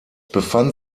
befand